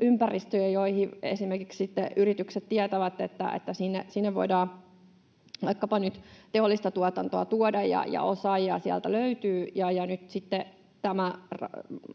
ympäristöjä, joista esimerkiksi yritykset tietävät, että sinne voidaan vaikkapa nyt teollista tuotantoa tuoda ja sieltä osaajia löytyy. Nyt sitten